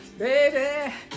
baby